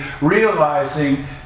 realizing